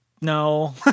no